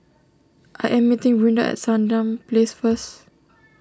I am meeting Brinda at Sandown Place first